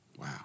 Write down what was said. Wow